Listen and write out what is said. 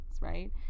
right